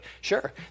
sure